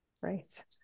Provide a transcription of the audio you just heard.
Right